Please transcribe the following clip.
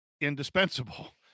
indispensable